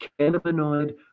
cannabinoid